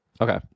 Okay